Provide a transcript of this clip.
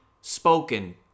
spoken